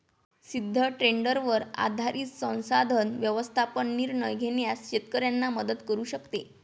सिद्ध ट्रेंडवर आधारित संसाधन व्यवस्थापन निर्णय घेण्यास शेतकऱ्यांना मदत करू शकते